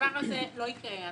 הדבר הזה לא יקרה.